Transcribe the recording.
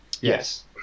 Yes